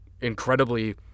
incredibly